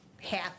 Half